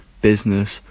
business